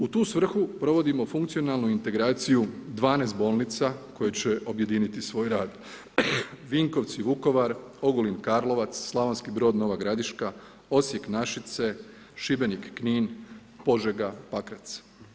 U tu svrhu provodimo funkcionalnu integraciju 12 bolnica koje će objediniti svoj rad: Vinkovci, Vukovar, Ogulin, Karlovac, S. Brod, N. Gradiška, Osijek, Našice, Šibenik, Knin, Požega, Pakrac.